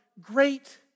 great